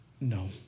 No